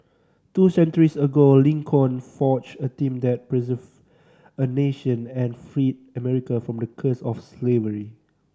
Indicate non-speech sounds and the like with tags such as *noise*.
two centuries ago Lincoln forged a team that *unintelligible* a nation and freed America from the curse of slavery